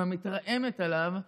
ומתרעמת עליו הוא,